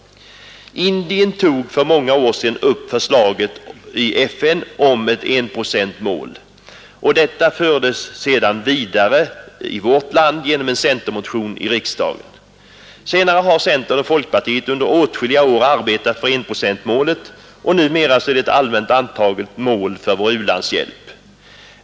Indien tog för många år sedan upp förslaget i FN om ett enprocentsmål, och detta fördes sedan vidare i vårt land genom en centermotion i riksdagen. Senare har centern och folkpartiet under åtskilliga år arbetat för enprocentsmålet, och numera är det ett allmänt antaget mål för vår u-landshjälp.